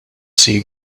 sea